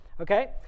okay